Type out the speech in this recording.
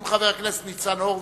אם חבר הכנסת ניצן הורוביץ,